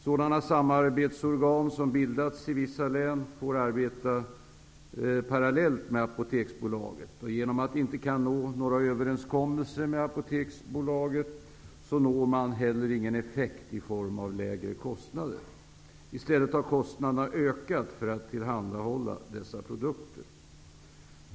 Sådana samarbetsorgan som bildats i vissa län får arbeta parallellt med Apoteksbolaget, och genom att de inte kan nå några överenskommelser med Apoteksbolaget når man heller ingen effekt i form av lägre kostnader. I stället har kostnaderna ökat för att tillhandahålla dessa produkter.